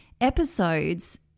episodes